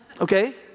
Okay